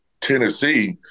tennessee